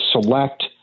select